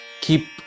keep